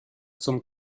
zum